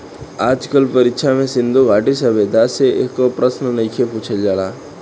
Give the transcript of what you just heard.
आज कल परीक्षा में सिन्धु घाटी सभ्यता से एको प्रशन नइखे पुछल जात